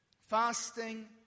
Fasting